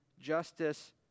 justice